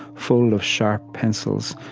full of sharp pencils,